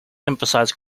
emphasize